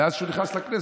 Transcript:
מאז שהוא נכנס לכנסת,